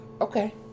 Okay